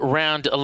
round